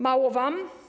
Mało wam?